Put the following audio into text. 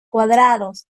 cuadrados